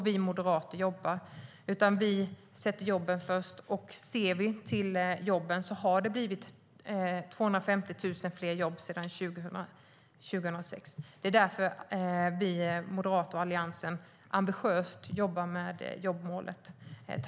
Vi moderater jobbar inte så, utan vi sätter jobben först. Det har blivit 250 000 fler jobb sedan 2006. Det är för att vi moderater och Alliansen jobbar ambitiöst med jobbmålet.